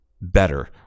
better